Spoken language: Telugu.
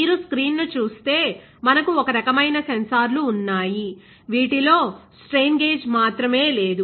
మీరు స్క్రీన్ను చూస్తే మనకు ఒక రకమైన సెన్సార్లు ఉన్నాయి వీటిలో స్ట్రెయిన్ గేజ్ మాత్రమే లేదు